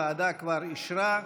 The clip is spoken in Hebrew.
הוועדה כבר אישרה.